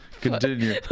Continue